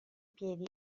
piedi